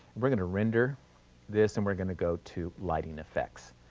we're going to render this and we're going to go to lighting effects.